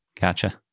Gotcha